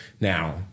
Now